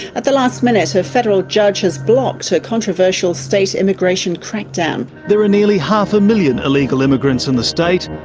at the last minute so a federal judge has blocked so a controversial state immigration crackdown. there are nearly half a million illegal immigrants in the state,